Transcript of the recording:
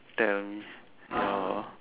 tell me your